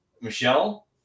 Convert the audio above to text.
Michelle